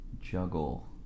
juggle